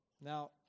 Now